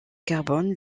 carbone